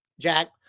Jack